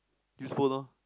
use phone lor